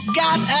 got